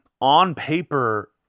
on-paper